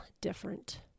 different